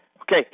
Okay